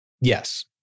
Yes